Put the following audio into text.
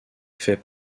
fait